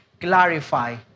clarify